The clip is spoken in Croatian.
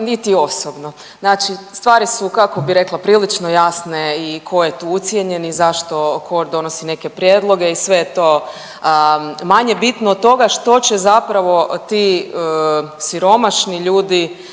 niti osobno. Znači stvari su kako bi rekla prilično jasne i tko je tu ucijenjen i zašto tko donosi neke prijedloge i sve je to manje bitno od toga što će zapravo ti siromašni ljudi